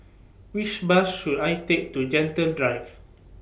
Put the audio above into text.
Which Bus should I Take to Gentle Drive